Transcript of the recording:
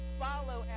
follow